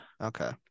Okay